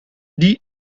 die